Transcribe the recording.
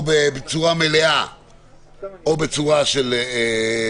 בצורה מלאה או בחלקים.